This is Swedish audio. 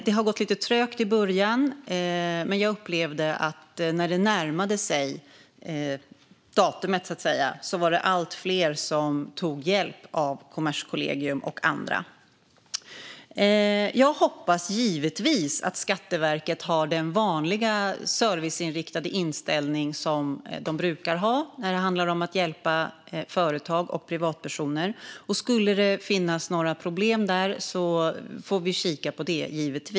Det gick lite trögt i början, men när datumet närmade sig upplevde jag att det var allt fler som tog hjälp av Kommerskollegium och andra. Jag hoppas givetvis att Skatteverket har den serviceinriktade inställning som man brukar ha när det handlar om att hjälpa företag och privatpersoner. Skulle det finnas några problem där får vi givetvis kika på dem.